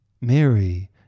Mary